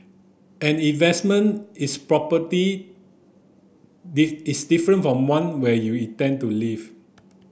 an investment is property is different from one where you intend to live